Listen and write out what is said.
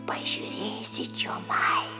pažiūrėsi čionai